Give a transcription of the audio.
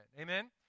Amen